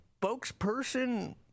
spokesperson